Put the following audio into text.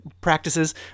practices